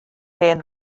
hen